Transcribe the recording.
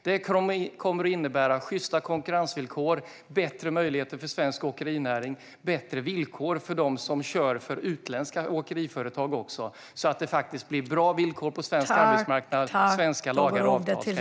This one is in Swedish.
Detta kommer att innebära sjysta konkurrensvillkor, bättre möjligheter för svensk åkerinäring och även bättre villkor för dem som kör för utländska åkeriföretag så att det blir bra villkor på svensk arbetsmarknad. Svenska lagar och avtal ska gälla.